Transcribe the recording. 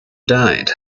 died